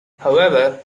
however